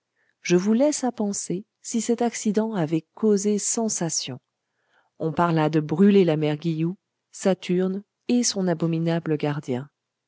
je vous laisse à penser si cet accident avait causé sensation on parla de brûler la mère guilloux sa turne et son abominable gardien